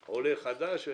הוא עולה חדש.